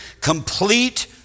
complete